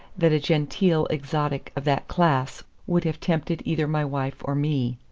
that a genteel exotic of that class would have tempted either my wife or me.